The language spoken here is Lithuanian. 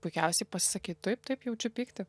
puikiausiai pasisakyt taip taip jaučiu pyktį